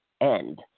end